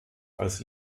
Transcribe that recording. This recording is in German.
als